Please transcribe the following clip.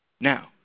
Now